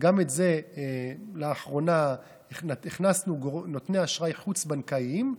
לאחרונה הכנסנו נותני אשראי חוץ-בנקאיים,